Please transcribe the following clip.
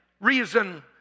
reason